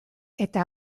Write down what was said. eta